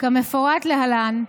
כמפורט להלן: